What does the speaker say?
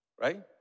right